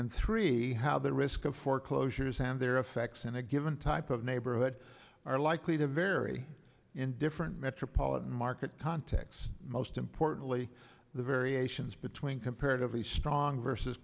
and three how the risk of foreclosures and their effects in a given type of neighborhood are likely to vary in different metropolitan market context most importantly the variations between comparatively strong v